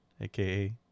aka